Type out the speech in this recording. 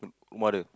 mother